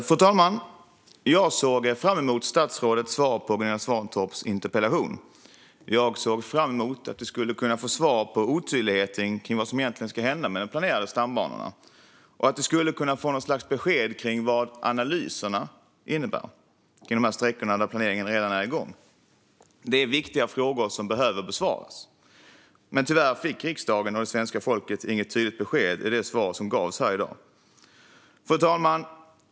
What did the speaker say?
Fru talman! Jag såg fram emot statsrådets svar på Gunilla Svantorps interpellation. Jag såg fram emot att vi skulle kunna få svar på otydligheten kring vad som egentligen ska hända med de planerade stambanorna. Vi skulle kunna få något slags besked om vad analyserna innebär om de sträckor där planeringen redan är igång. Det är viktiga frågor som behöver besvaras. Men tyvärr fick riksdagen och det svenska folket inget tydligt besked i det svar som gavs här i dag. Fru talman!